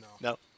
no